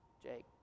Jake